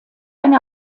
eine